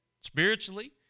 spiritually